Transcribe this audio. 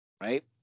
right